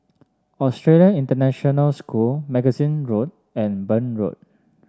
Australian International School Magazine Road and Burn Road